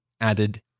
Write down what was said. added